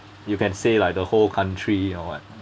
you can say like the whole country or what